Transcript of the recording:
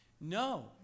No